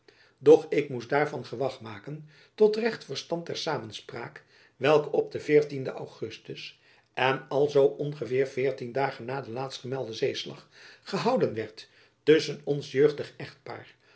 doch ik moest daarvan gewach maken tot recht verstand der samenspraak welke op den veertienden ugustus en alzoo ongeveer veertien dagen na den laatstgemelden zeeslag gehouden werd tusschen ons jeugdig echtpaar